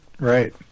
right